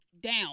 Down